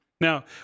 Now